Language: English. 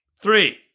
Three